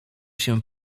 się